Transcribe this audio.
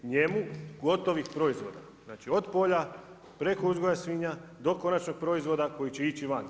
Njemu, gotovih proizvoda od polja preko uzgoja svinja do konačnog proizvoda koji će ići van.